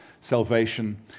salvation